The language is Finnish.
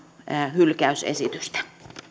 hylkäysesitystä